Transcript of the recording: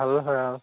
ভাল হয় আৰু